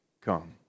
come